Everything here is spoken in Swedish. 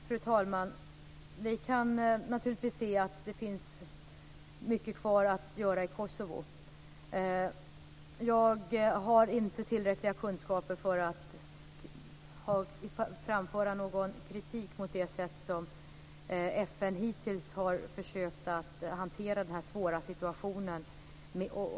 Fru talman! Vi kan naturligtvis se att det finns mycket kvar att göra i Kosovo. Jag har inte tillräckliga kunskaper för att framföra någon kritik mot det sätt som FN hittills har försökt att hantera den här svåra situationen på.